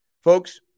Folks